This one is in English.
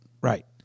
Right